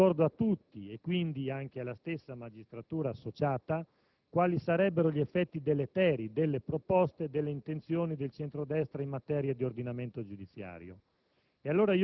le contrapposte e inconciliabili proteste mi farebbero dire semplicemente che in Commissione giustizia abbiamo trovato una soluzione, una sintesi equilibrata.